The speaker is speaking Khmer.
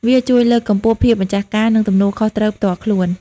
វាជួយលើកកម្ពស់ភាពម្ចាស់ការ និងទំនួលខុសត្រូវផ្ទាល់ខ្លួន។